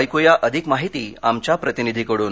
एकू या अधिक माहिती आमच्या प्रतिनिधी कडून